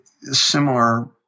Similar